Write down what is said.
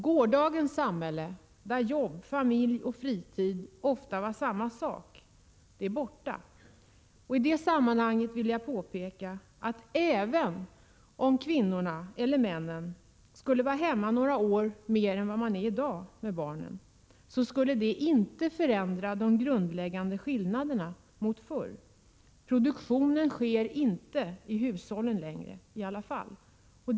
Gårdagens samhälle, där jobb, familj och fritid ofta var samma sak, är borta. I det sammanhanget vill jag påpeka att även om kvinnorna skulle vara hemma några år mer än vad man vill i dag, så skulle det inte förändra de grundläggande skillnaderna mot förr. Produktionen sker i alla fall inte längre i hushållen.